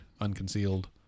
unconcealed